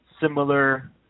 similar